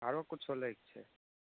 आरो किछु लैके छै